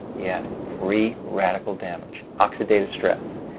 yes. pre-radical damage. oxidative stress.